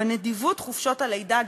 בנדיבות חופשות הלידה,